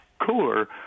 cooler